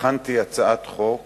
הקודמת, הכנתי הצעת חוק